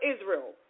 Israel